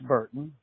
Burton